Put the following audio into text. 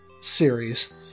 series